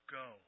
go